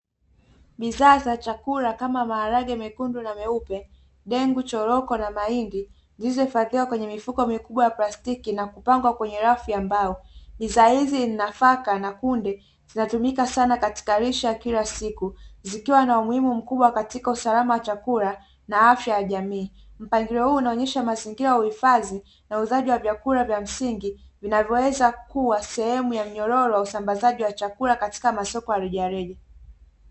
Bidhaa za chakula kama maharage mekundu na meupe, dengu, choroko na mahindi, zilizohifadhiwa kwenye mifuko mikubwa ya plastiki na kupangwa kwenye rafu ya mbao. Bidhaa hizi ni nafaka na kunde zinatumika sana katika lishe ya kila siku zikiwa na umuhimu mkubwa katika usalama wa chakula na afya ya jamii. mpangilio huu unaonyesha mazingira ya uhifadhi na uuzaji wa vya msingi vinavyoweza kuwa sehemu ya mnyororo wa usambazaji wa chakula katika masoko ya rejareja.